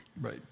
Right